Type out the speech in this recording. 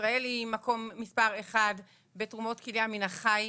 שישראל היא מספר אחת בעולם בתרומות כליה מן החי,